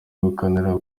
kuganira